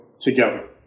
together